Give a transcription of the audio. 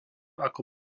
ako